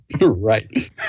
right